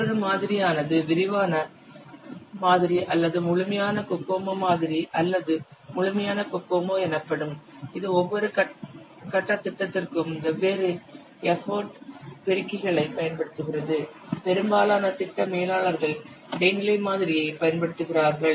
மற்றொரு மாதிரி ஆனது விரிவான மாதிரி அல்லது முழுமையான கோகோமோ மாதிரி அல்லது முழுமையான கோகோமோ எனப்படும் இது ஒவ்வொரு கட்ட திட்டத்திற்கும் வெவ்வேறு எப்போட் பெருக்கிகளைப் பயன்படுத்துகிறது பெரும்பாலான திட்ட மேலாளர்கள் இடைநிலை மாதிரியைப் பயன்படுத்துகிறார்கள்